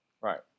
right